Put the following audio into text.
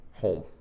home